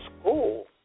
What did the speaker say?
school